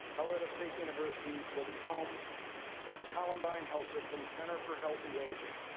colorado state university will be home to the columbine health systems center for healthy aging,